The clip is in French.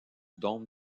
dôme